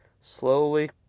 slowly